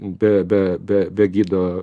be be be be gido